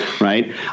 right